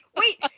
Wait